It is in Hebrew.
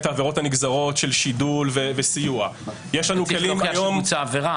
העבירות הנגזרות של שידול וסיוע -- צריך להוכיח שבוצעה עבירה.